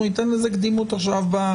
אנחנו ניתן לזה קדימות במושב.